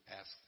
ask